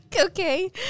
Okay